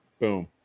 Boom